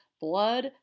blood